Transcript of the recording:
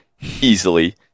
easily